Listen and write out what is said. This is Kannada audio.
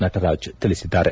ನಟರಾಜ್ ತಿಳಿಸಿದ್ದಾರೆ